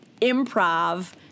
improv